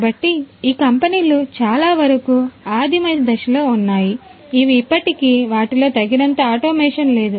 కాబట్టి ఈ కంపెనీలు చాలావరకు ఆదిమ దశలో ఉన్నాయి అవి ఇప్పటికీ వాటిలో తగినంత ఆటోమేషన్ లేదు